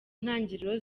ntangiriro